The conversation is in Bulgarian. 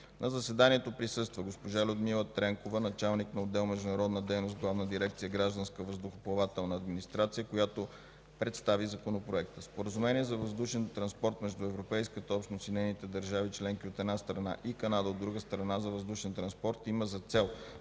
На заседанието присъства госпожа Людмила Тренкова – началник на отдел „Международна дейност” в Главна дирекция „Гражданска въздухоплавателна администрация”, която представи законопроекта. Споразумение за въздушен транспорт между Европейската общност и нейните държави членки, от една страна, и Канада, от друга страна за въздушен транспорт има за цел